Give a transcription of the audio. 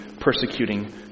persecuting